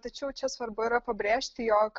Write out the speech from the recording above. tačiau čia svarbu yra pabrėžti jog